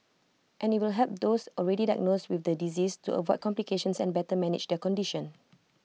and IT will help those already diagnosed with the disease to avoid complications and better manage their condition